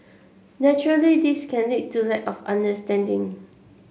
naturally this can lead to the of understanding